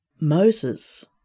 Moses